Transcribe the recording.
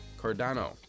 Cardano